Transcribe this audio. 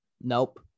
Nope